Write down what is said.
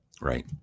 Right